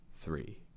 three